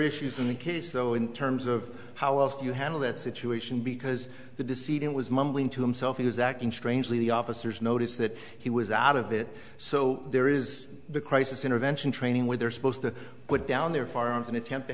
issues in the case though in terms of how well you handle that situation because the deceit it was mumbling to himself he was acting strangely the officers noticed that he was out of it so there is a crisis intervention training when they're supposed to put down their firearms and attempt to